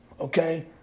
okay